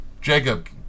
Jacob